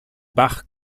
bach